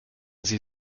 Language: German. sie